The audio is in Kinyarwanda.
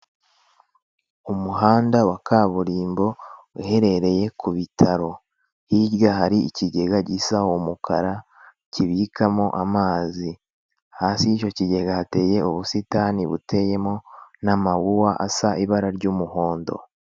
Umuhanda wa kaburimbo uherereye ku bitaro; hirya hari ikigega gisa umukara kibikamo amazi hasi y'icyo kigega hateye ubusitani buteyemo n'amawuwa asa ibara ry'umuhondo.